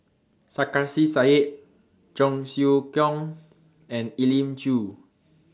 Sarkasi Said Cheong Siew Keong and Elim Chew